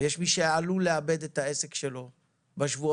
ויש מי שעלול לאבד את העסק שלו בשבועות